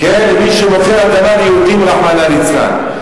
כן, למי שמוכר אדמה ליהודים רחמנא ליצלן.